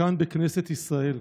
כאן בכנסת ישראל,